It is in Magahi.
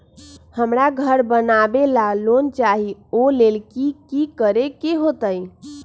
हमरा घर बनाबे ला लोन चाहि ओ लेल की की करे के होतई?